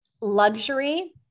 luxury